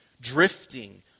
Drifting